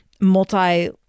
multi